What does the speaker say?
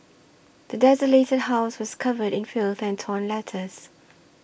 the desolated house was covered in filth and torn letters